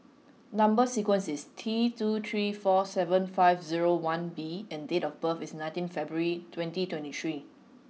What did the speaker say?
number sequence is T two three four seven five zero one B and date of birth is nineteen February twenty twenty three